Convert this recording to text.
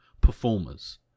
performers